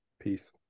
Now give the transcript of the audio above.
Peace